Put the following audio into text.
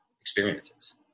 experiences